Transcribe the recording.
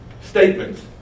statements